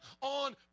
on